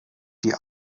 die